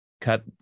cut